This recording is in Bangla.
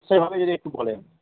সেইভাবে যদি একটু বলেন